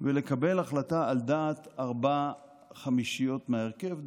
ולקבל החלטה על דעת ארבע חמישיות מההרכב,